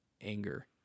anger